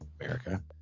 America